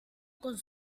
con